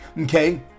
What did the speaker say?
okay